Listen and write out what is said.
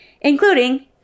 including